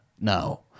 no